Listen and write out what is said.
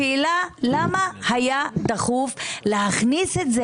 השאלה היא למה היה דחוף להכניס את זה